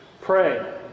pray